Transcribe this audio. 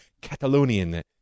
Catalonian